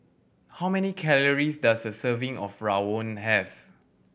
how many calories does a serving of Rawon have